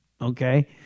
Okay